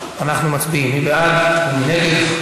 אדוני.